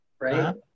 right